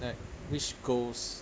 like which goals